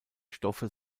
stoffe